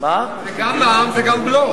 זה גם מע"מ וגם בלו.